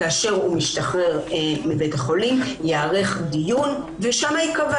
כאשר הוא ישתחרר מבית החולים ייערך דיון ושם ייקבע